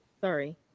sorry